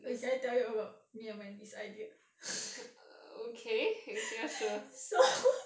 wait can I tell you about me and my niece idea so